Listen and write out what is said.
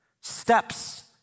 Steps